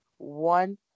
one